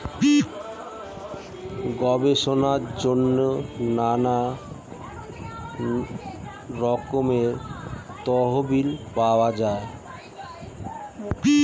গবেষণার জন্য নানা রকমের তহবিল পাওয়া যায়